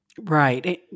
Right